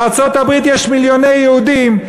בארצות-הברית יש מיליוני יהודים,